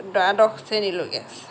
দ্বাদশ শ্ৰেণীলৈকে আছে